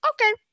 okay